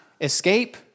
escape